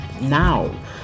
now